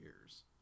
years